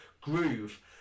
groove